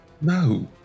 no